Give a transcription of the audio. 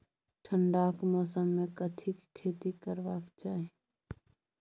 ठंडाक मौसम मे कथिक खेती करबाक चाही?